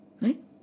Right